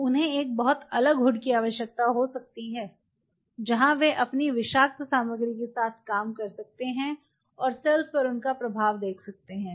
तो उन्हें एक बहुत अलग हुड की आवश्यकता हो सकती है जहां वे अपनी विषाक्त सामग्री के साथ काम कर सकते हैं और सेल्स पर उनका प्रभाव देख सकते हैं